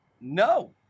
no